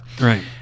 Right